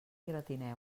gratineu